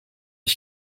ich